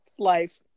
life